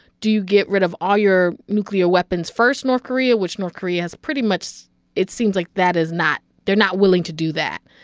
do you get rid of all your nuclear weapons first, north korea? which north korea has pretty much it seems like that is not they're not willing to do that.